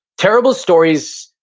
terrible stories,